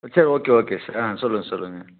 சரி okay okay sir ஆ சொல்லுங்கள் சொல்லுங்கள்